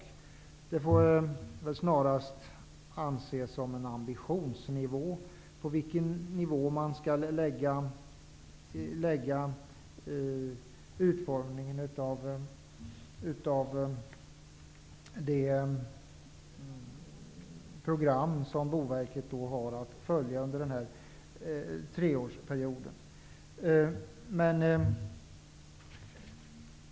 Men det får sedan bli fråga om vilken ambitionsnivå man har, dvs. på vilken nivå man skall lägga utformningen av det program som Boverket har att följa under treårsperioden.